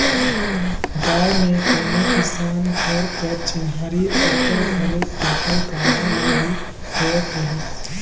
गाँव मे कोनो किसान घर कर चिन्हारी ओकर घरे रखल गाड़ा ले ही होवत रहिस